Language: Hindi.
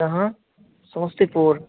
कहाँ समस्तीपुर